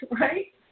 right